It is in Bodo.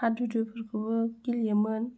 हादुदुफोरखौबो गेलेयोमोन